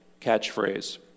catchphrase